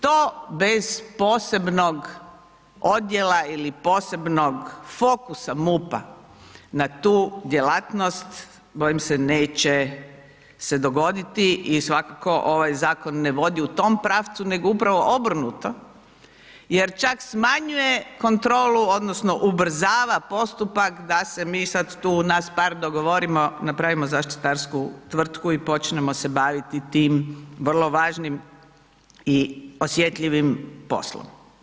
To bez posebnog odjela ili posebnog fokusa MUP-a na tu djelatnost, bojim se, neće se dogoditi i svakako ovaj zakon ne vodi u tom pravcu nego upravo obrnuto jer čak smanjuje kontrolu odnosno ubrzava postupak da se mi sad tu, nas par dogovorimo, napravimo zaštitarsku tvrtku i počnemo se baviti tim vrlo važnim i osjetljivim poslom.